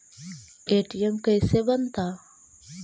ATM कैसे बनता?